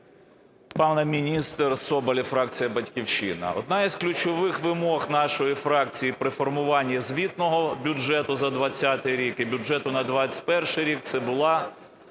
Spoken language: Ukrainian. Пане міністр! Соболєв, фракція "Батьківщина". Одна із ключових вимог нашої фракції при формуванні звітного бюджету за 20-й рік і бюджету на 21-й рік це була